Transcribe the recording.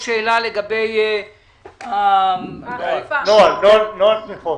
לגבי נוהל תמיכות.